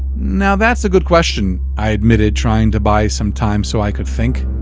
now that's a good question, i admitted, trying to buy some time so i could think.